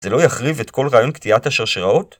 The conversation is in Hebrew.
זה לא יחריב את כל רעיון קטיעת השרשראות?